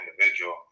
individual